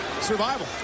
Survival